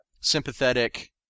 sympathetic